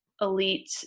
elite